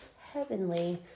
heavenly